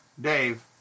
Dave